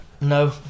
No